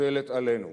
מוטלת עלינו,